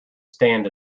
stand